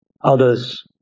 Others